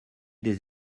des